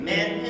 Men